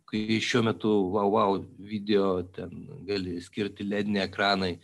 kai šiuo metu vau vau video ten gali skirti lediniai ekranai